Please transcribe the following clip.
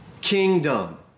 kingdom